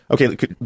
Okay